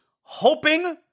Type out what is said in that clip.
hoping